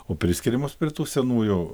o priskiriamos prie tų senųjų